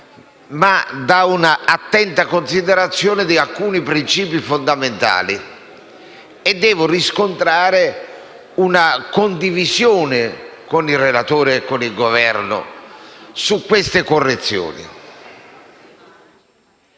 ma da un'attenta considerazione di alcuni principi fondamentali e devo riscontrare una condivisione con il relatore Casson e con il Governo delle modifiche